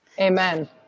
Amen